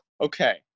Okay